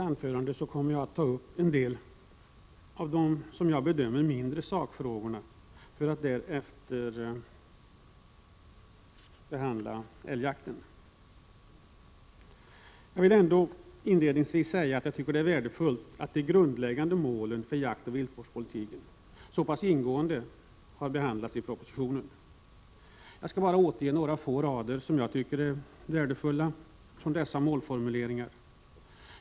Jag kommer att ta upp en del av de, som jag bedömer det, mindre sakfrågorna och därefter behandla älgjakten. Jag vill inledningsvis säga att jag anser det värdefullt att de grundläggande målen för jaktoch viltvårdspolitiken så pass ingående har behandlats i propositionen. Jag skall återge några av dessa målformuleringar, som jag tycker är värdefulla.